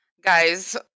guys